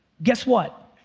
guess what,